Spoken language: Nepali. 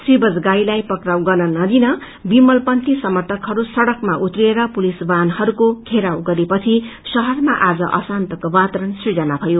श्री बजगाईलाई पक्राउ गर्न नदिन विमल पंथी समर्थकहरू सड़कमा उत्रिएर पुलिस वाहनहरूको धेराव गरेपछि शहरमा आज अशान्तको वातावरण सृजना भयो